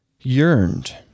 yearned